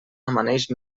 amaneix